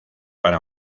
para